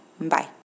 Bye